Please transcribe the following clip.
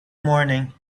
morning